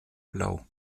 blau